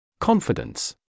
Confidence